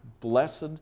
Blessed